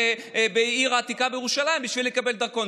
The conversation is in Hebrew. בעיר העתיקה בירושלים בשביל לקבל דרכון.